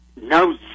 no